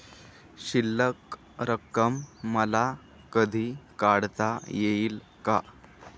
शिल्लक रक्कम मला कधी काढता येईल का?